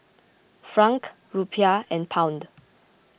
Franc Rupiah and Pound